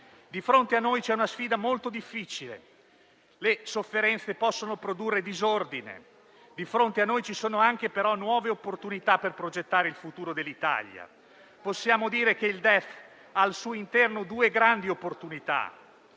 Di fronte a noi c'è una sfida molto difficile; le sofferenze possono produrre disordine. Di fronte a noi ci sono anche, però, nuove opportunità per progettare il futuro dell'Italia. Possiamo dire che il DEF ha al suo interno due grandi opportunità,